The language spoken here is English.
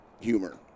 humor